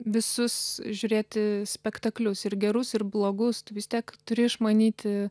visus žiūrėti spektaklius ir gerus ir blogus tu vis tiek turi išmanyti